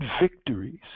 victories